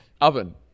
oven